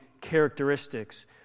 characteristics